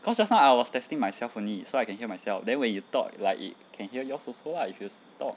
cause just now I was testing myself only so I can hear myself then when you talk like it can hear yours also lah if you talk